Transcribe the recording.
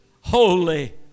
holy